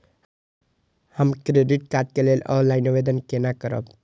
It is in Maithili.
हम क्रेडिट कार्ड के लेल ऑनलाइन आवेदन केना करब?